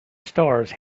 stars